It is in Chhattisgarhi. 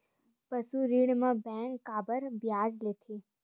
पशु ऋण म बैंक काबर ब्याज लेथे?